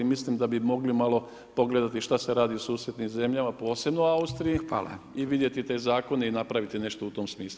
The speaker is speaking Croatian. Mislim da bi mogli malo pogledati šta se radi u susjednim zemljama posebno Austriji i vidjeti te zakone i napraviti nešto u tom smislu.